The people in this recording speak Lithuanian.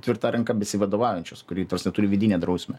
tvirta ranka besivadovaujančios kuri turi vidinę drausmę